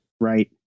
Right